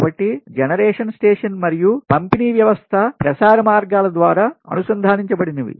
కాబట్టి generation station మరియు పంపిణీ వ్యవస్థ ప్రసార మార్గాల ద్వారా అనుసంధానించ బడినవి